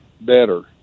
better